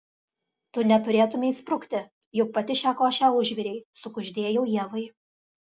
tu neturėtumei sprukti juk pati šią košę užvirei sukuždėjau ievai